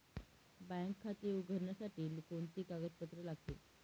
Bank खाते उघडण्यासाठी कोणती कागदपत्रे लागतील?